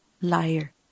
liar